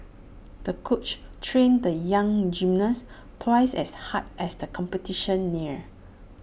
the coach trained the young gymnast twice as hard as the competition neared